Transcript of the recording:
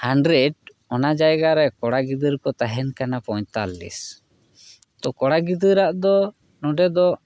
hundred ᱚᱱᱟ ᱡᱟᱭᱜᱟ ᱨᱮ ᱠᱚᱲᱟ ᱜᱤᱫᱟᱹᱨ ᱠᱚ ᱛᱟᱦᱮᱱ ᱠᱟᱱᱟ ᱯᱚᱭᱛᱟᱞᱤᱥ ᱛᱚ ᱠᱚᱲᱟ ᱜᱤᱫᱟᱹᱨᱟᱜ ᱫᱚ ᱱᱚᱰᱮ ᱫᱚ